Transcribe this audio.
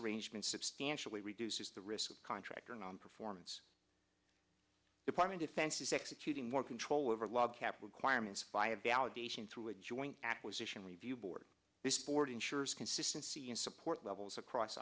arrangement substantially reduces the risk of contractor nonperformance department offenses executing more control over log cabin quire misfired validation through a joint acquisition review board this board ensures consistency and support levels across